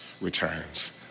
returns